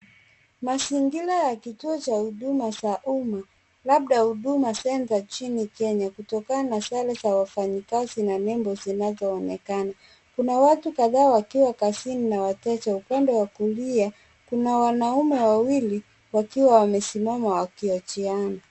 Mazingira ya kituo cha huduma labda Huduma centre nchini Kenya labda kutokana sare za wafanyikazi na nembo zinazoonekana. Kuna watu kadhaa wakiwa kazini na wateja. Upande wakulia, kuna wanaume wawili wakiwa wamesimama wakihojiana.